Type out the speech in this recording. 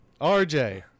RJ